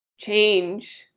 change